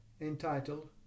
entitled